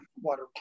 Water